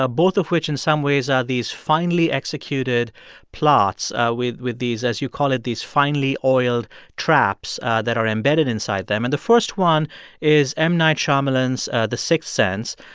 ah both of which, in some ways, are these finely executed plots with with these, as you call it, these finely oiled traps that are embedded inside them. and the first one is m. night shyamalan's the sixth sense.